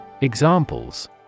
Examples